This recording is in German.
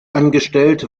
angestellt